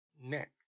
neck